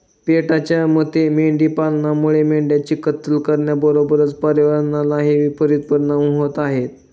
पेटाच्या मते मेंढी पालनामुळे मेंढ्यांची कत्तल करण्याबरोबरच पर्यावरणावरही विपरित परिणाम होत आहे